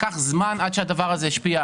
לקח זמן עד שהדבר הזה השפיע,